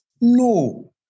No